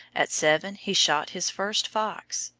at seven he shot his first fox,